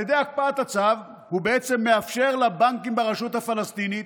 על ידי הקפאת הצו הוא בעצם מאפשר לבנקים ברשות הפלסטינית